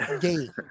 game